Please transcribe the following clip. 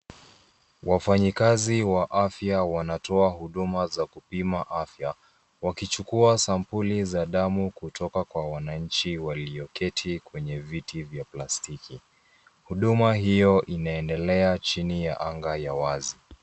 Wafanyikazi wa afya wanatoa huduma za kupima afya, wakichukua sampuli za damu kutoka kwa wananchi walioketi kwenye viti vya plastiki. Huduma hio inaendelea chini ya anga ya wazi.